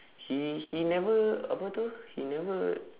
he he never apa itu he never